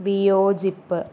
വിയോജിപ്പ്